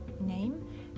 name